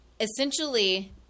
essentially